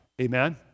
amen